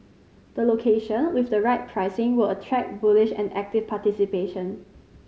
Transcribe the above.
the location with the right pricing will attract bullish and active participation